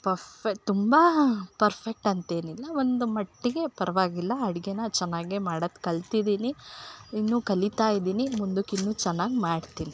perfect ತುಂಬ perfect ಅಂತೇನಿಲ್ಲ ಒಂದು ಮಟ್ಟಿಗೆ ಪರವಾಗಿಲ್ಲ ಅಡ್ಗೆ ಚೆನ್ನಾಗೆ ಮಾಡೋದ್ ಕಲ್ತಿದೀನಿ ಇನ್ನು ಕಲಿತ ಇದೀನಿ ಮುಂದುಕ್ಕೆ ಇನ್ನು ಚೆನ್ನಾಗಿ ಮಾಡ್ತಿನಿ